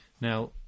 Now